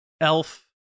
Elf